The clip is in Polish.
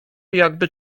jakby